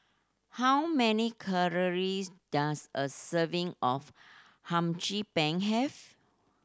how many calories does a serving of Hum Chim Peng have